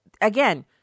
again